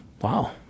wow